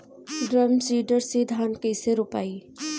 Drum seeder से धान कैसे रोपाई?